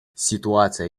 ситуация